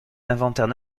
l’inventaire